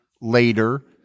later